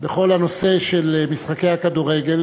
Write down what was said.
בכל הנושא של משחקי הכדורגל,